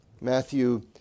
Matthew